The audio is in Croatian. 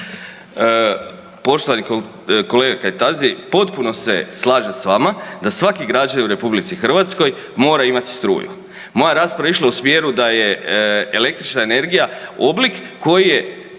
Poštovani kolega Kajtazi. Potpuno se slažem s vama da svaki građanin u RH mora imati struju. Moja je rasprava išla u smjeru da je električna energija oblik koji je